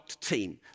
Team